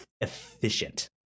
efficient